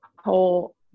whole